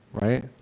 right